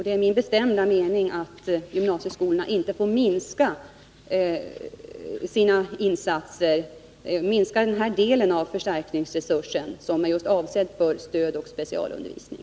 Det är min bestämda mening att gymnasieskolorna inte får minska sina insatser, minska den här delen av förstärkningsresursen, som just är avsedd för stödoch specialundervisning.